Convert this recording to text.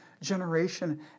generation